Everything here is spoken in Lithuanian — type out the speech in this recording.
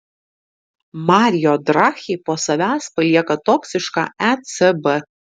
mario draghi po savęs palieka toksišką ecb